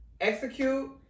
execute